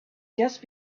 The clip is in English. just